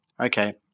Okay